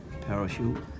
parachute